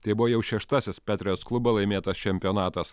tai buvo jau šeštasis petriots klubo laimėtas čempionatas